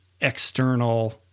external